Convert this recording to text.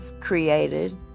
created